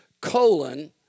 Colon